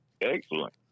excellent